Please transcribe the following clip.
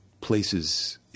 places